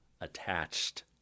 attached